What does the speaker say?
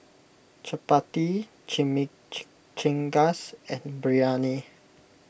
Chapati Chimichangas and Biryani